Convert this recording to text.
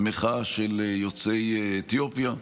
המחאה של יוצאי אתיופיה.